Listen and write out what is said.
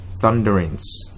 thunderings